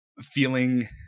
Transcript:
feeling